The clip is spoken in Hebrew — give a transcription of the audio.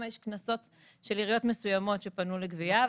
יש קנסות של עיריות מסוימות שפנו לגבייה,